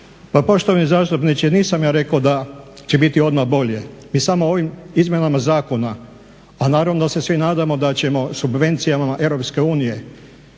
Pa poštovani zastupniče, nisam ja rekao da će biti odmah bolje. Mi samo ovim izmjenama zakona, a naravno da se svi nadamo da ćemo subvencijama Europske unije